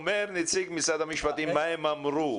אומר נציג משרד המשפטים מה הם אמרו,